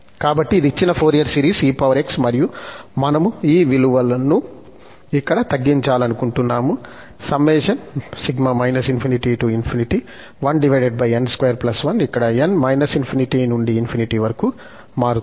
కాబట్టి ఇది ఇచ్చిన ఫోరియర్ సిరీస్ ex మరియు మనము ఈ విలువను ఇక్కడ తగ్గించాలనుకుంటున్నాము సమ్మషన్ ఇక్కడ n −∞ నుండి ∞ వరకు మారుతుంది